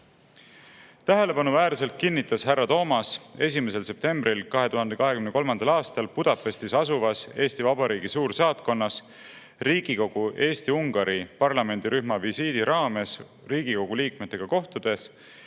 Ungaris. Tähelepanuväärselt kinnitas härra Toomas 1. septembril 2023. aastal Budapestis asuvas Eesti Vabariigi suursaatkonnas Riigikogu Eesti-Ungari parlamendirühma visiidi raames Riigikogu liikmetega kohtudes,